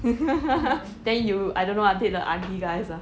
then you I don't know ah date the ugly guys ah